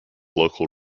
local